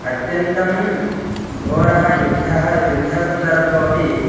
अत्यन्तं घोरः युद्धः युद्धसन्दर्भोपि